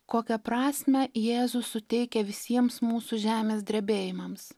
kokią prasmę jėzus suteikia visiems mūsų žemės drebėjimams